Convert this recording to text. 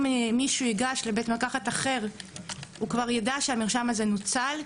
אם מישהו ייגש לבית מרקחת אחר הוא כבר יידע שהמרשם הזה נוצל,